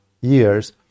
years